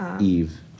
Eve